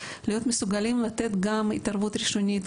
להיות מסוגלים לתת גם התערבות ראשונים,